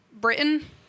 Britain